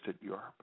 Europe